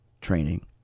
training